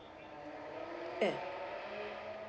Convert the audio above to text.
eh